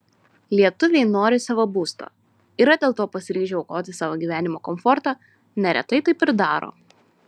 lietuviai nori savo būsto yra dėl to pasiryžę aukoti savo gyvenimo komfortą neretai taip ir daro